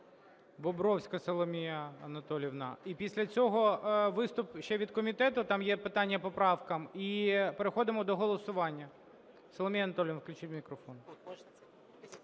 Бобровська Соломія Анатоліївна. І після цього виступ ще від комітету, там є питання по правкам. І переходимо до голосування. Соломія Анатоліївна. Включіть мікрофон.